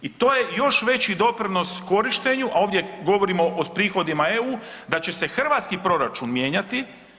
I to je još veći doprinos korištenju, a ovdje govorimo o prihodima EU da će se hrvatski proračun mijenjati.